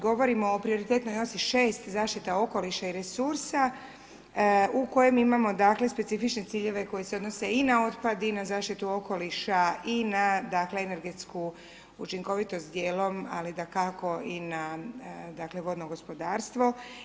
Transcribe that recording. Govorimo o prioritetnoj ... 6 zaštita okoliša i resursa u kojem imamo dakle specifične ciljeve koji se odnose i na otpad i na zaštitu okoliša i na dakle, energetsku učinkovitost dijelom, ali dakako i na dakle vodno gospodarstvo.